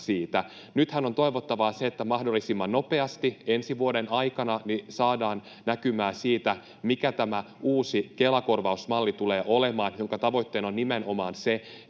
Nythän on toivottavaa, että mahdollisimman nopeasti ensi vuoden aikana saadaan näkymää siitä, mikä tämä uusi Kela-korvausmalli tulee olemaan, jonka tavoitteena on nimenomaan,